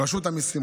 רשות המיסים,